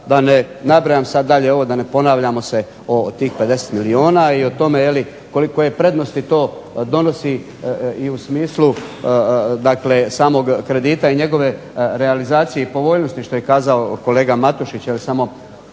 da ne ponavljamo se o tih 50 milijuna i o tome koliko je prednosti to donosi i u smislu dakle samog kredita i njegove realizacije i povoljnosti što je kazao kolega Matušić,